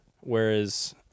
whereas